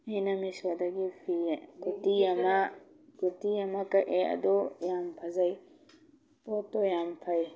ꯑꯩꯅ ꯃꯦꯁꯣꯗꯒꯤ ꯐꯤ ꯀꯨꯔꯇꯤ ꯑꯃ ꯀꯨꯔꯇꯤ ꯑꯃ ꯀꯛꯑꯦ ꯑꯗꯣ ꯌꯥꯝ ꯐꯖꯩ ꯄꯣꯠꯇꯣ ꯌꯥꯝ ꯐꯩ